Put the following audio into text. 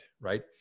right